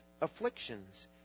afflictions